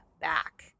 back